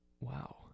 Wow